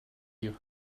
you